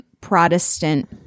Protestant